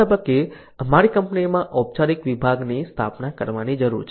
આ તબક્કે અમારી કંપનીમાં ઓપચારિક વિભાગની સ્થાપના કરવાની જરૂર છે